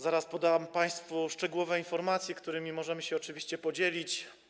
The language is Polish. Zaraz podam państwu szczegółowe informacje, którymi możemy się oczywiście podzielić.